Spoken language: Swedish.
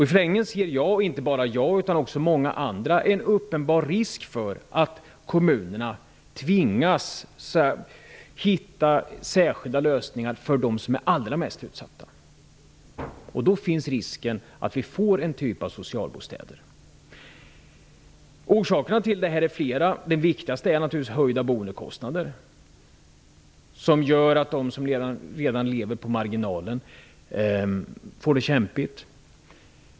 I förlängningen ser jag -- inte bara jag utan också många andra -- en uppenbar risk för att kommunerna tvingas hitta särskilda lösningar för dem som är allra mest utsatta. Då finns risken att vi får en typ av socialbostäder. Orsakerna till detta är flera. Den viktigaste är naturligtvis höjda boendekostnader, som gör att de som redan lever på marginalen får det kämpigt.